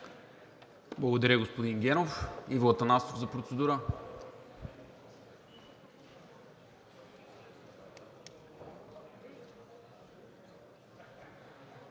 Благодаря, господин Генов. Иво Атанасов за процедура.